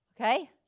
okay